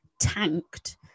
tanked